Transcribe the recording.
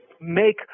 make